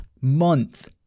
month